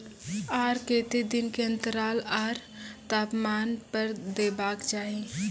आर केते दिन के अन्तराल आर तापमान पर देबाक चाही?